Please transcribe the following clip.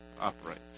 operates